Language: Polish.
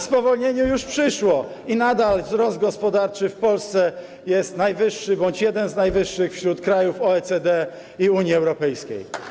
Spowolnienie już przyszło i nadal wzrost gospodarczy w Polsce mamy najwyższy bądź jeden z najwyższych wśród krajów OECD i Unii Europejskiej.